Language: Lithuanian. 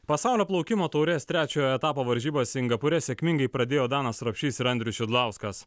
pasaulio plaukimo taurės trečiojo etapo varžybas singapūre sėkmingai pradėjo danas rapšys ir andrius šidlauskas